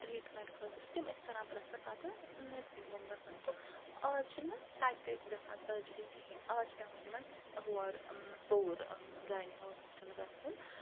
treatment خٲطرٕ تِم ٲسۍ کَران پریٚفَر پَتہٕ نرسِنٛگ ہوم گَژھُن تہٕ آز چھِنہٕ تَتہِ تہِ گَژھان سرجری کِہیٖنۍ آز چھِ پیٚوان تِمَن ہور صوٚوُر گَینی ہوسپِٹَل گَژھُن